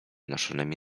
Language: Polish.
noszonymi